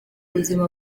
buzima